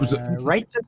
right